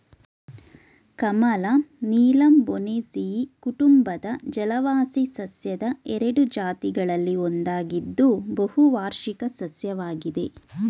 ಕಮಲ ನೀಲಂಬೊನೇಸಿಯಿ ಕುಟುಂಬದ ಜಲವಾಸಿ ಸಸ್ಯದ ಎರಡು ಜಾತಿಗಳಲ್ಲಿ ಒಂದಾಗಿದ್ದು ಬಹುವಾರ್ಷಿಕ ಸಸ್ಯವಾಗಿದೆ